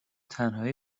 تنهایی